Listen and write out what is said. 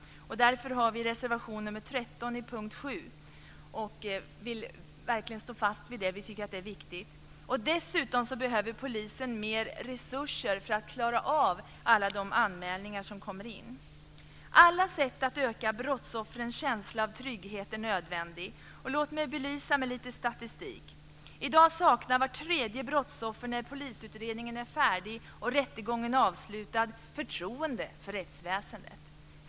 Vi har därför avgivit reservation nr 13 under punkt 7. Vi står fast vid den och tycker att den är viktig. Dessutom behöver polisen mer resurser för att klara alla de anmälningar som kommer in. Alla sätt att öka brottsoffrens känsla av trygghet är nödvändiga. Låt mig belysa detta med lite statistik. I dag saknar vart tredje brottsoffer efter det att polisutredningen är färdig och rättegången avslutad förtroende för rättsväsendet.